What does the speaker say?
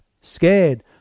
scared